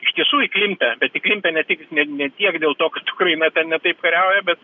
iš tiesų įklimpę bet įklimpę ne tik net ne tiek dėl to kad ukraina ten ne taip kariauja bet